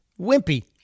wimpy